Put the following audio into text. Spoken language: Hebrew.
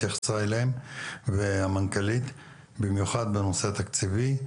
התייחסה אליהן במיוחד בנושא התקציבי,